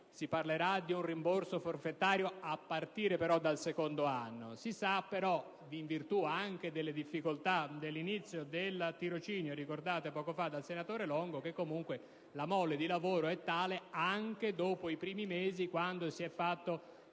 si parlerà di un rimborso forfetario, pur se a partire dal secondo anno, si sa però, in virtù delle difficoltà dell'inizio del tirocinio ricordate poco fa dal senatore Longo, che comunque la mole di lavoro è tale anche dopo i primi mesi quando si è fatto